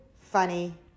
funny